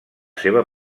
seva